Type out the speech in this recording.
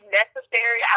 necessary